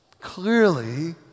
Clearly